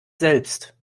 selbst